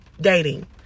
dating